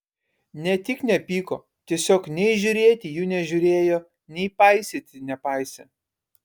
ne tik nepyko tiesiog nei žiūrėti jų nežiūrėjo nei paisyti nepaisė